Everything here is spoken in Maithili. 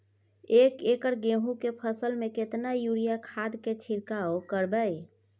एक एकर गेहूँ के फसल में केतना यूरिया खाद के छिरकाव करबैई?